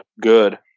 good